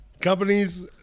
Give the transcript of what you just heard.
companies